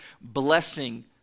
blessing